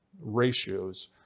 ratios